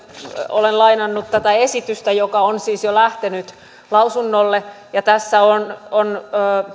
olen lainannut tätä esitystä joka on siis jo lähtenyt lausunnolle ja tässä on on